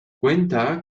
cuenta